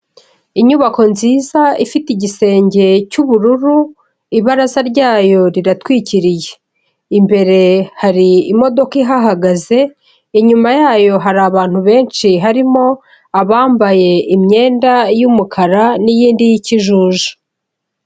Inyubako nziza ifite igisenge cy'ubururu, ibaraza ryayo riratwikiriye. Imbere hari imodoka ihahagaze, inyuma yayo hari abantu benshi harimo abambaye imyenda y'umukara n'iyindi y'ikijuju.